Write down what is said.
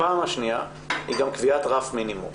הפעם השנייה היא קביעת רף מינימום.